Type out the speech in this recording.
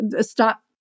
stop